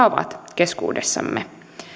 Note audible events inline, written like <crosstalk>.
<unintelligible> ovat keskuudessamme